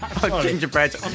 Gingerbread